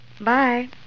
Bye